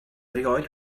erioed